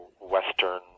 Western